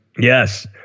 yes